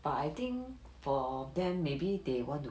but I think for then maybe they want to